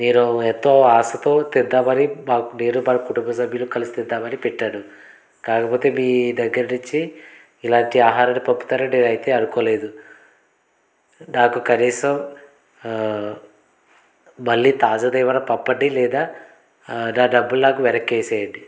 నేను ఎంతో ఆశతో తిడతామని మా నేను మా కుటుంబ సభ్యులు కలసి తిందామని పెట్టాను కాకపోతే మీ దగ్గర నుంచి ఇలాంటి ఆహారాన్ని పంపుతారని అయితే అనుకోలేదు నాకు కనీసం మళ్ళీ తాజాది ఏమన్నా పంపండి లేదా నా డబ్బులు నాకు వెనక్కి వేసేయండి